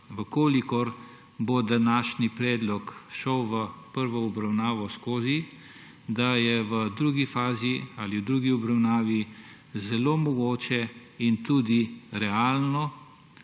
če bo današnji predlog šel v prvi obravnavi skozi, da je v drugi fazi ali drugi obravnavi zelo mogoče in tudi realno